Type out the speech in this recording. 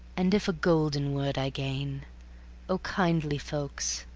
and if a golden word i gain, oh, kindly folks,